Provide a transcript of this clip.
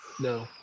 No